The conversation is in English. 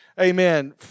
Amen